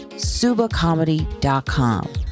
subacomedy.com